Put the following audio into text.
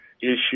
issue